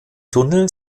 tunnel